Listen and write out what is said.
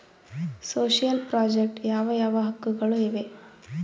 Social project ಯಾವ ಯಾವ ಹಕ್ಕುಗಳು ಇವೆ?